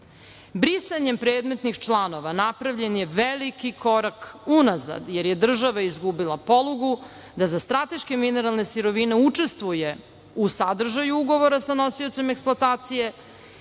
Brisanjem predmetnih članova napravljen je veliki korak unazad, jer je država izgubila polugu da za strateške mineralne sirovine učestvuje u sadržaju ugovora sa nosiocem eksploatacije,